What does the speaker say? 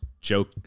joke